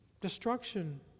destruction